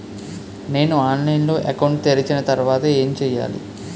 నేను ఆన్లైన్ లో అకౌంట్ తెరిచిన తర్వాత ఏం చేయాలి?